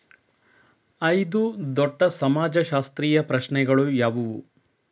ಐದು ದೊಡ್ಡ ಸಮಾಜಶಾಸ್ತ್ರೀಯ ಪ್ರಶ್ನೆಗಳು ಯಾವುವು?